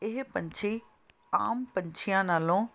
ਇਹ ਪੰਛੀ ਆਮ ਪੰਛੀਆਂ ਨਾਲੋਂ